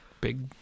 big